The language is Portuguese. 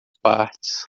partes